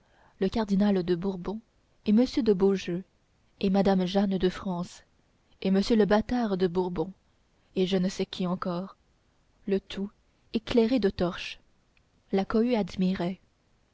le cardinal de bourbon et m de beaujeu et madame jeanne de france et m le bâtard de bourbon et je ne sais qui encore le tout éclairé de torches la cohue admirait